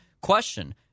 question